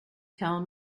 tell